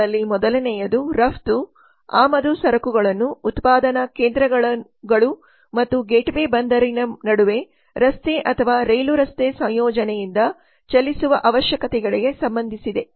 ಇವುಗಳಲ್ಲಿ ಮೊದಲನೆಯದು ರಫ್ತು ಆಮದು ಸರಕುಗಳನ್ನು ಉತ್ಪಾದನಾ ಕೇಂದ್ರಗಳು ಮತ್ತು ಗೇಟ್ವೇ ಬಂದರಿನ ನಡುವೆ ರಸ್ತೆ ಅಥವಾ ರೈಲು ರಸ್ತೆ ಸಂಯೋಜನೆಯಿಂದ ಚಲಿಸುವ ಅವಶ್ಯಕತೆಗಳಿಗೆ ಸಂಬಂಧಿಸಿದೆ